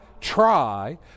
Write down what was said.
try